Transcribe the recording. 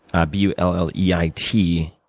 ah b u l l e i t.